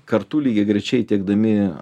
kartu lygiagrečiai tiekdami